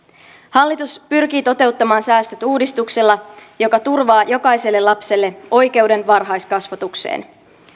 hallitus pyrkii toteuttamaan säästöt uudistuksella joka turvaa jokaiselle lapselle oikeuden varhaiskasvatukseen